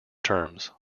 terms